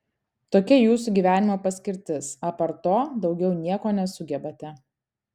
tokia jūsų gyvenimo paskirtis apart to daugiau nieko nesugebate